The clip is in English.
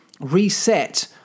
reset